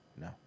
no